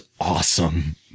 Awesome